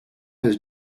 his